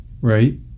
Right